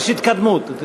יש התקדמות.